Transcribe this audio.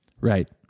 Right